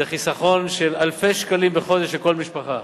זה חיסכון של אלפי שקלים בחודש לכל משפחה,